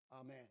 amen